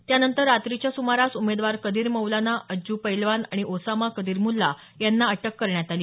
त्यानंतर रात्रीच्या सुमारास उमेदवार कदीर मौलाना अज्जू पैलवान आणि ओसामा कदीर मुल्ला यांना अटक करण्यात आली